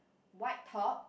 white top